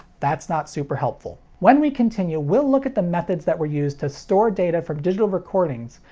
that's not super helpful. when we continue, we'll look at the methods that were used to store data from digital recordings,